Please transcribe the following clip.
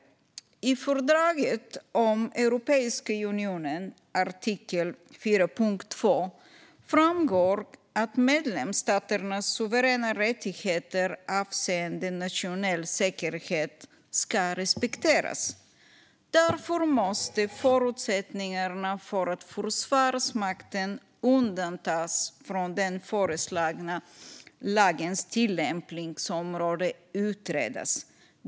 I artikel 4.2 i fördraget om Europeiska unionen framgår att medlemsstaternas suveräna rättigheter avseende nationell säkerhet ska respekteras. Därför måste förutsättningarna för att Försvarsmakten undantas från den föreslagna lagens tillämpningsområde utredas.